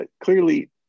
clearly